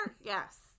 Yes